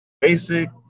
basic –